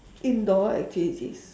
indoor activities